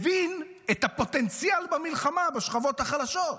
הבין את הפוטנציאל במלחמה בשכבות החלשות.